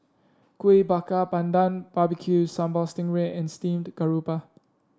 Kuih Bakar Pandan Barbecue Sambal Sting Ray and Steamed Garoupa